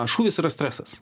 šūvis yra stresas